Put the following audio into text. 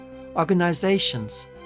organizations